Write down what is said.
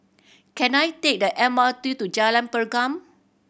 can I take the M R T to Jalan Pergam